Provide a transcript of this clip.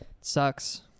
Sucks